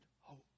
hope